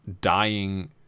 dying